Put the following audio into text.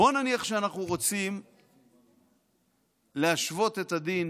בוא נניח שאנחנו רוצים להשוות את הדין